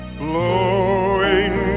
blowing